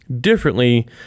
differently